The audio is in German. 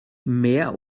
mehr